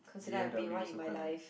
cause you know I've been one in my life